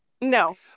no